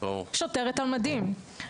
שוטרת על מדים.